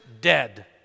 dead